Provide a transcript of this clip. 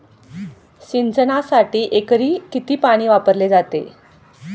सिंचनासाठी एकरी किती पाणी वापरले जाते?